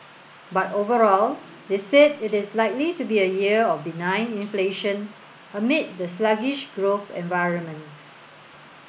but overall they said it is likely to be a year of benign inflation amid the sluggish growth environment